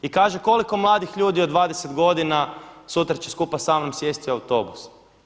I kaže koliko mladih ljudi od 20 godina sutra će skupa sa mnom sjesti u autobus.